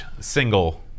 single